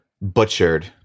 butchered